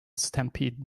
stampede